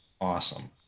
awesome